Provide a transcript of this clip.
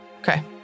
Okay